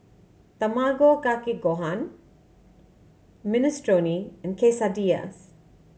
Tamago Kake Gohan Minestrone and Quesadillas